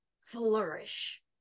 flourish